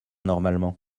normalement